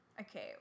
Okay